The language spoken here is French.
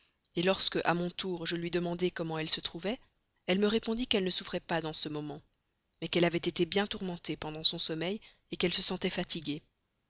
trop effrayer lorsqu'à mon tour je lui demandai comment elle se trouvait elle me répondit qu'elle ne souffrait pas dans ce moment mais qu'elle avait été bien tourmentée pendant son sommeil qu'elle se sentait fatiguée